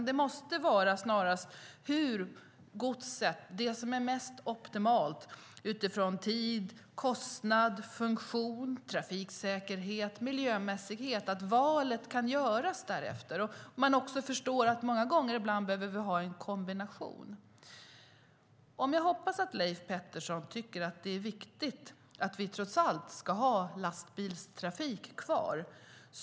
Det måste snarast handla om det som är mest optimalt utifrån tid, kostnad, funktion, trafiksäkerhet och miljömässighet. Valet kan göras utifrån det. Det handlar också om att förstå att vi många gånger behöver ha en kombination. Jag hoppas att Leif Pettersson tycker att det är viktigt att vi trots allt ska ha lastbilstrafik kvar.